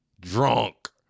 drunk